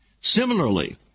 Similarly